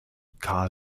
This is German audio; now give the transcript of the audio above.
carl